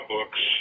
Books